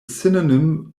synonym